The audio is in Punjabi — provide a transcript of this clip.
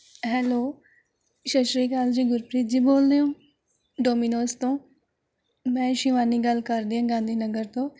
ਹੈਲੋ ਸਤਿ ਸ਼੍ਰੀ ਅਕਾਲ ਜੀ ਗੁਰਪ੍ਰੀਤ ਜੀ ਬੋਲ਼ਦੇ ਹੋ ਡੋਮੀਨੋਜ਼ ਤੋਂ ਮੈਂ ਸ਼ਿਵਾਨੀ ਗੱਲ ਕਰਦੀ ਹਾਂ ਗਾਂਧੀ ਨਗਰ ਤੋਂ